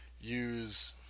use